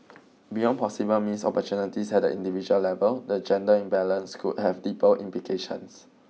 beyond possible missed opportunities at the individual level the gender imbalance could have deeper implications